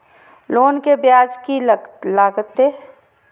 Loan के ब्याज की लागते?